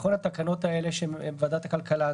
התקנות האלה של ועדת הכלכלה,